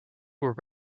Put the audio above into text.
were